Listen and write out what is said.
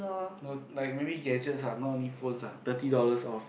no like maybe gadgets ah not only phones ah thirty dollars off